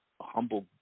humble